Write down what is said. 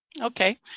Okay